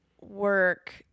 work